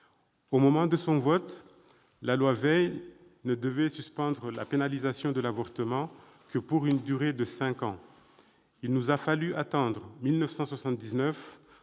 Au moment de son adoption, la loi Veil ne suspendait la pénalisation de l'avortement que pour une durée de cinq ans. Il aura fallu attendre 1979